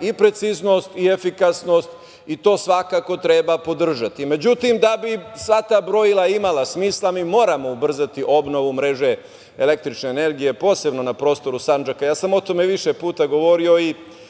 i preciznost i efikasnost i to svakako treba podržati.Međutim, da bi sva ta brojila imala smisla mi moramo ubrzati obnovu mreže električne energije, posebno na prostoru Sandžaka. Ja sam o tome više puta govorio i